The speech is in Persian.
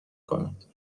کند